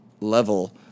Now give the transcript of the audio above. level